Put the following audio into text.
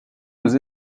aux